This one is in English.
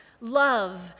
love